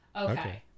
Okay